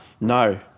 No